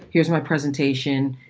here's my presentation.